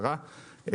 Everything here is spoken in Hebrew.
ולשרה.